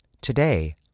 today